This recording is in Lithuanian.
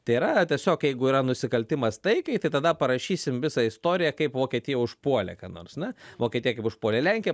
tai yra tiesiog jeigu yra nusikaltimas taikai tai tada parašysim visą istoriją kaip vokietija užpuolė ką nors ne vokietija kaip užpuolė lenkiją